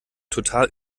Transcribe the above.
total